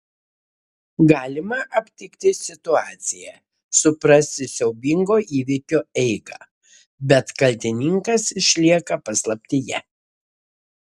galima aptikti situaciją suprasti siaubingo įvykio eigą bet kaltininkas išlieka paslaptyje